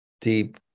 Deep